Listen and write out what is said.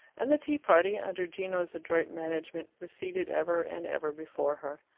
and the tea-party, under gino's adroit management, receded ever and ever before her.